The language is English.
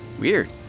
Weird